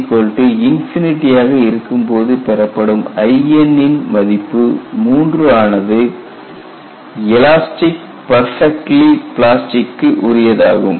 n ஆக இருக்கும்போது பெறப்படும் In ன் மதிப்பு 3 ஆனது எலாஸ்டிக் பர்ஃபெக்ட்லி பிளாஸ்டிக்கு உரியதாகும்